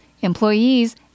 employees